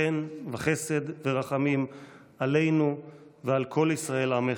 חן וחסד ורחמים עלינו ועל כל ישראל עמך,